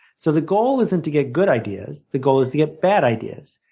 so the goal isn't to get good ideas the goal is to get bad ideas.